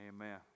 Amen